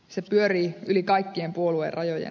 se pyörii yli kaikkien puoluerajojen